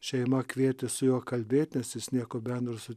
šeima kvietė su juo kalbėt nes jis nieko bendro su